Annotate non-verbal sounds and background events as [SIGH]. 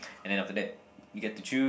and then after that [NOISE] you get to choose